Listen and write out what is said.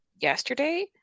yesterday